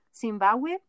Zimbabwe